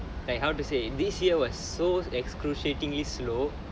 like how to say this year was so excruciatingly slow